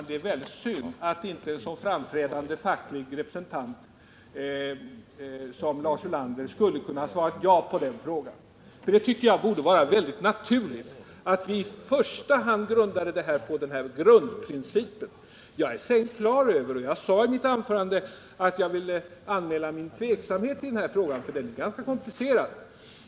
Herr talman! Det är synd att inte en så framträdande facklig representant som Lars Ulander kunde svara ja på min fråga. Jag tycker att det borde vara alldeles naturligt att vi är överens om att det fackliga arbetet i första hand bör grundas på de anställda på arbetsplatsen. Jag sade i mitt anförande att jag var tveksam i den här frågan, eftersom den är mycket komplicerad.